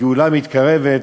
הגאולה מתקרבת.